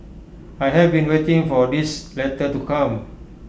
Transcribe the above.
I have been waiting for this letter to come